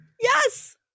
Yes